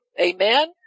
Amen